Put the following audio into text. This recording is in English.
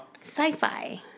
Sci-fi